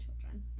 children